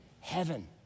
heaven